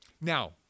Now